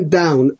down